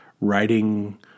writing